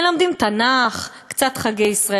מלמדים תנ"ך, קצת חגי ישראל.